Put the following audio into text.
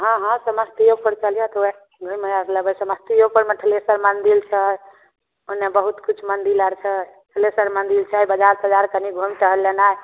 हँ हँ समस्तीएपुर चलिहथि ओहए मेला लगैत छै समस्तीओपुरमे थनेसर मन्दिल छै ओन्ने बहुत किछु मन्दिल आर छै थनेसर मन्दिल छै बजार तजार कनी घुमि टहलि लेनाइ